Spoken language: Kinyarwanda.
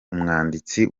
umwanditsi